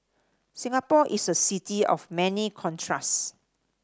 Singapore is a city of many contrast